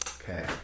Okay